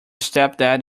stepdad